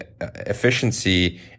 efficiency